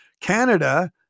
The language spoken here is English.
Canada